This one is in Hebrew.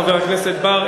חבר הכנסת בר,